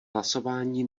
hlasování